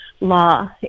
law